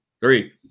three